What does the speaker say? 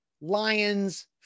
Lions